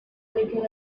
little